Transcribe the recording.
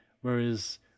whereas